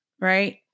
right